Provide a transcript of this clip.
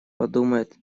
подумают